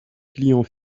clients